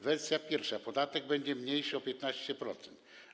Wersja pierwsza: podatek będzie mniejszy o 15%.